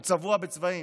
הוא צבוע בצבעים,